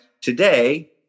Today